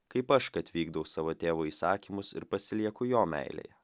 kaip aš kad vykdau savo tėvo įsakymus ir pasilieku jo meilėje